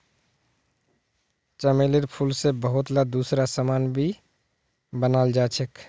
चमेलीर फूल से बहुतला दूसरा समान भी बनाल जा छे